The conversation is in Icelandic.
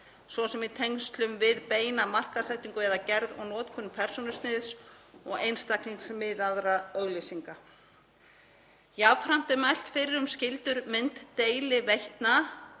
svo sem í tengslum við beina markaðssetningu eða gerð og notkun persónusniðs og einstaklingsmiðaðra auglýsinga. Jafnframt er mælt fyrir um skyldur mynddeiliveitna